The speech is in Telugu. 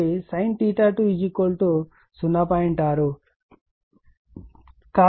6 cos 2 0